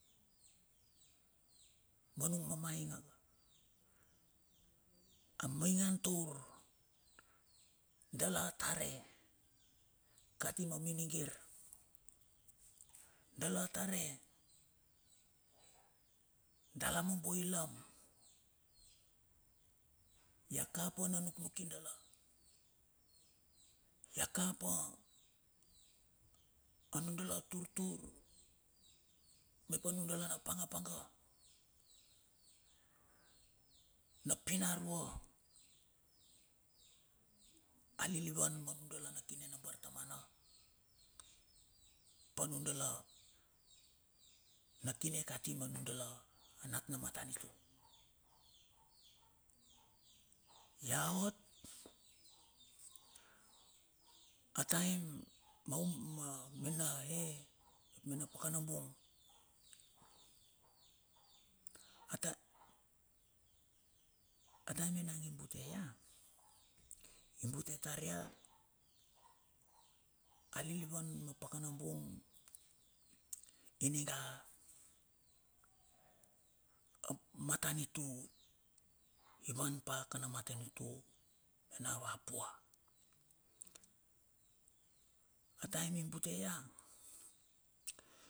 Ma nung mamainga ka, a maingan taur dala atare kati ma miningar dala atre dala mombo ilam, ia kapa na nuknuki dala, ia kapa anundala turtur mep anundala na pangapanga na pinaura alilivani ma nun dala na kine na bartamana pa nun dala na kine kati ma nun dala nat na matanitu. Ia ot ataim maum ma mena ea mep mena pakana bung ata ataim enang i bute ia i bute tar ia alilivan ma pakan bung ininga a matanitu ivan pa kan amatanitu nina va pua ataim i bute ia.